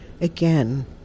again